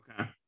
Okay